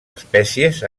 espècies